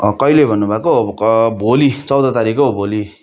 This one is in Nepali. कहिले भन्नु भएको भोलि चौध तारिख हौ भोलि